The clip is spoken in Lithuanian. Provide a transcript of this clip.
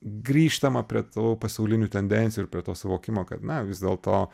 grįžtama prie tų pasaulinių tendencijų ir prie to suvokimo kad na vis dėlto